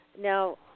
Now